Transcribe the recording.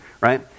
Right